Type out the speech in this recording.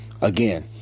Again